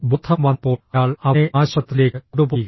ബോധം വന്നപ്പോൾ അയാൾ അവനെ ആശുപത്രിയിലേക്ക് കൊണ്ടുപോയി